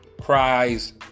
cries